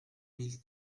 mille